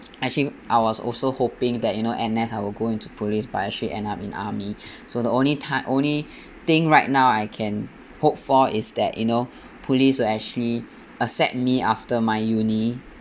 actually I was also hoping that you know N_S I will go into police but actually end up in army so the only time only thing right now I can hope for is that you know police will actually accept me after my uni